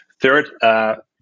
Third